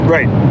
Right